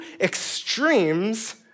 extremes